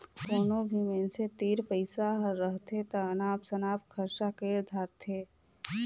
कोनो भी मइनसे तीर पइसा हर रहथे ता अनाप सनाप खरचा कइर धारथें